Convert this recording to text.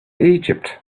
egypt